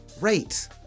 rate